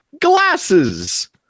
glasses